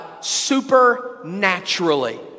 supernaturally